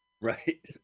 Right